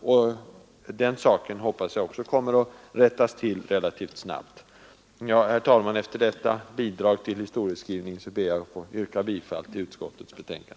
Jag hoppas att också den saken kommer att rättas till relativt snart. Herr talman! Jag ber med detta att få yrka bifall till utskottets hemställan.